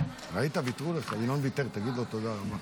ראית, ויתרו לך, ינון ויתר, תגיד לו תודה רבה.